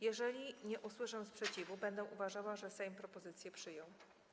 Jeżeli nie usłyszę sprzeciwu, będę uważała, że Sejm propozycję przyjął.